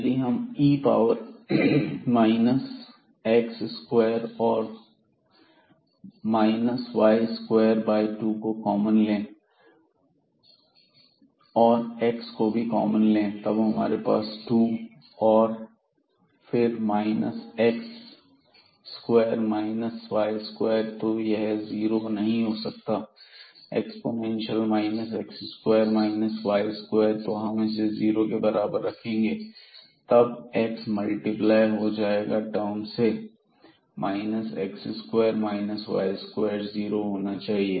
यदि हम e power minus x square और माइनस y स्क्वायर बाय 2 को कॉमन ले और x को भी कॉमन लें तब हमारे पास 2 और फिर minus x square minus y square है तो यह जीरो नहीं हो सकता एक्स्पोनेंशियल और minus x square minus y square तो जब हम इसे जीरो के बराबर रखेंगे तब x मल्टिप्लाई हो जाएगा टर्म से minus x square minus y square zero होना चाहिए